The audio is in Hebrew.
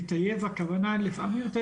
לטייב הכוונה הוא שלפעמים,